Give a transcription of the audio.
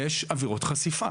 יש עבירות חשיפה.